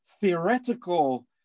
theoretical